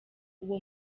uwo